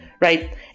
right